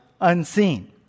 unseen